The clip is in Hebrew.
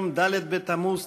הנני מתכבדת להודיעכם,